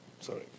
sorry